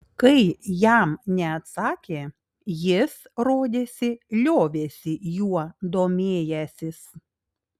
kai jam neatsakė jis rodėsi liovėsi juo domėjęsis